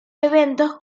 eventos